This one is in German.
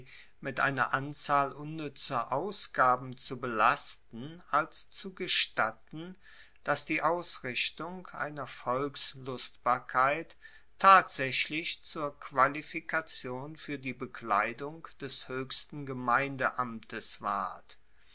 mit einer anzahl unnuetzer ausgaben zu belasten als zu gestatten dass die ausrichtung einer volkslustbarkeit tatsaechlich zur qualifikation fuer die bekleidung des hoechsten gemeindeamtes ward